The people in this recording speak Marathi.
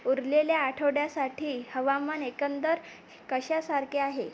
उरलेल्या आठवड्यासाठी हवामान एकंदर कशासारखे आहे